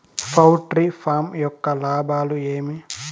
poultry farm యొక్క లాభాలు ఏమి